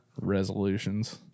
resolutions